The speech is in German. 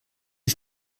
die